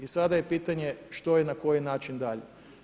I sada je pitanje što i na koji način dalje.